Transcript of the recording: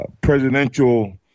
presidential